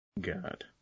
God